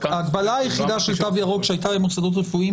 ההגבלה היחידה של תו ירוק שהייתה למוסדות רפואיים